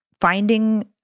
Finding